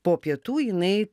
po pietų jinai